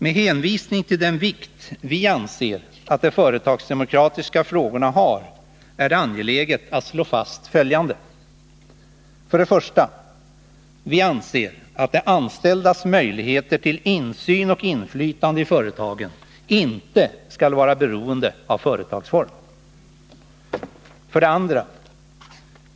Med hänvisning till den vikt vi anser att de företagsdemokratiska frågorna har är det angeläget att slå fast följande. 1. Vi anser att de anställdas möjligheter till insyn och inflytande i företagen inte skall vara beroende av företagsform. 2.